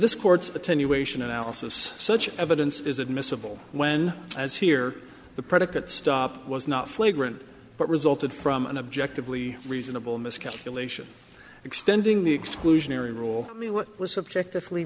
analysis such evidence is admissible when as here the predicate stop was not flagrant but resulted from an object of lee reasonable miscalculation extending the exclusionary rule me what was subject to f